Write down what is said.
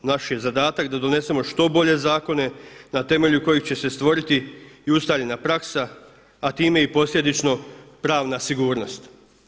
Naš je zadatak da donesemo što bolje zakone na temelju kojih će se stvoriti i ustaljena praksa, a time i posljedično pravna sigurnost.